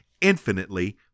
infinitely